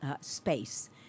space